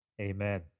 amen